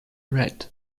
red